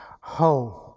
home